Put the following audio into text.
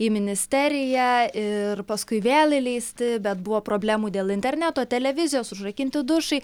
į ministeriją ir paskui vėl įleisti bet buvo problemų dėl interneto televizijos užrakinti dušai